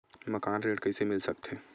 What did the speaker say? मकान ऋण कइसे मिल सकथे?